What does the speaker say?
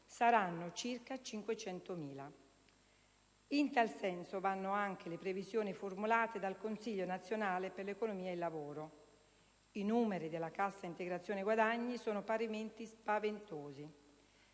saranno circa 500.000. In tal senso vanno anche le previsioni formulate dal Consiglio nazionale per l'economia e il lavoro. I numeri della cassa integrazione guadagni sono parimenti spaventosi.